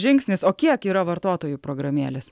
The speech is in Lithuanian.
žingsnis o kiek yra vartotojų programėlės